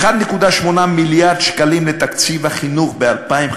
1.8 מיליארד שקלים לתקציב החינוך ב-2015.